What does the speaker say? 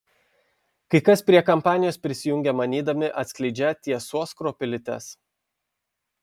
kai kas prie kampanijos prisijungia manydami atskleidžią tiesos kruopelytes